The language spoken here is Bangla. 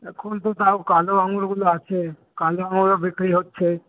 এখন তো তাও কালো আঙুরগুলো আছে কালো আঙুরও বিক্রি হচ্ছে